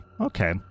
Okay